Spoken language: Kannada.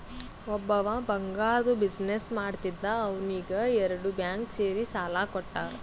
ಒಬ್ಬವ್ ಬಂಗಾರ್ದು ಬಿಸಿನ್ನೆಸ್ ಮಾಡ್ತಿದ್ದ ಅವ್ನಿಗ ಎರಡು ಬ್ಯಾಂಕ್ ಸೇರಿ ಸಾಲಾ ಕೊಟ್ಟಾರ್